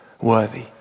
worthy